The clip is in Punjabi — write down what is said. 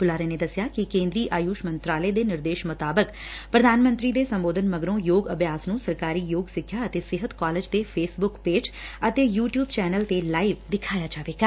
ਬੁਲਾਰੇ ਨੇ ਦਸਿਆ ਕਿ ਕੇਂਦਰੀ ਆਯੁਸ਼ ਮੰਤਰਾਲੇ ਦੇ ਨਿਰਦੇਸ਼ ਮੁਤਾਬਿਕ ਪ੍ਰਧਾਨ ਮੰਤਰੀ ਦੇ ਸੰਬੋਧਨ ਮਗਰੋਂ ਯੋਗ ਅਭਿਆਸ ਨੂੰ ਸਰਕਾਰੀ ਯੋਗ ਸਿੱਖਿਆ ਅਤੇ ਸਿਹਤ ਕਾਲਜ ਦੇ ਫੇਸ ਮੁੱਖ ਪੇਜ ਅਤੇ ਯੁ ਟਿਉਬ ਚੈਨਲ ਤੇ ਲਾਈਵ ਦਿਖਾਇਆ ਜਾਏਗਾ